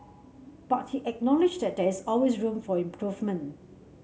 but he acknowledged that there is always room for improvement